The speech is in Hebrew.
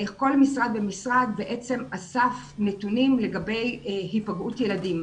כל משרד ומשרד בעצם אסף נתונים לגבי היפגעות ילדים.